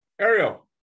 Ariel